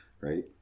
Right